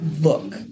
look